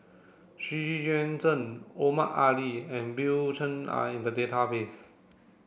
Xu Yuan Zhen Omar Ali and Bill Chen are in the database